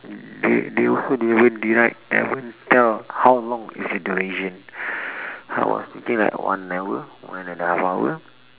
they they also didn't even deny haven't tell how long is the duration I was thinking like one hour one and a half hour